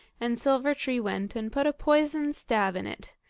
and silver-tree went and put a poisoned stab in it,